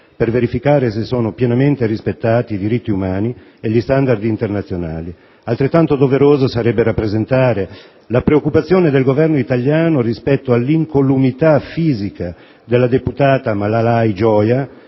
per verificare se sono pienamente rispettati i diritti umani e gli *standard* internazionali. Altrettanto doveroso sarebbe rappresentare la preoccupazione del Governo italiano rispetto all'incolumità fisica della deputata Malalai Joya,